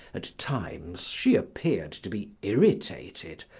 at times she appeared to be irritated,